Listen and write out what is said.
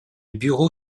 bureau